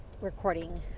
recording